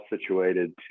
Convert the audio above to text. situated